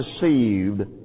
deceived